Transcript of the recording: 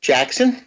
Jackson